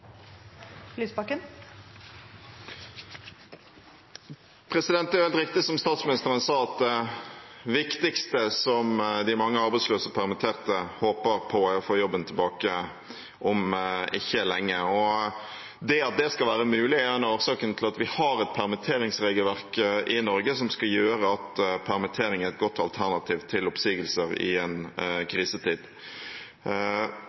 Det er helt riktig som statsministeren sa, at det viktigste som de mange arbeidsløse og permitterte håper på, er å få jobben tilbake om ikke lenge. Det at det skal være mulig, er en av årsakene til at vi har et permitteringsregelverk i Norge, som skal gjøre at permittering er et godt alternativ til oppsigelser i en